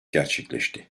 gerçekleşti